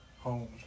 home